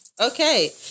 Okay